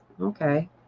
Okay